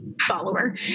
follower